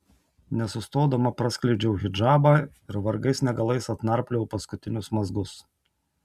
nesustodama praskleidžiau hidžabą ir vargais negalais atnarpliojau paskutinius mazgus